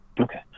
Okay